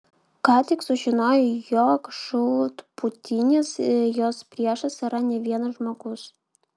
ką tik sužinojo jog žūtbūtinis jos priešas yra ne vienas žmogus